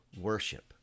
worship